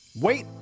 Wait